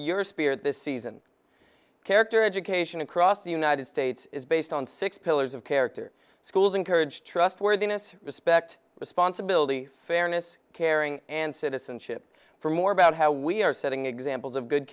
your spirit this season character education across the united states is based on six pillars of character schools encourage trustworthiness respect responsibility fairness caring and citizenship for more about how we are setting examples of good